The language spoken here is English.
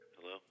Hello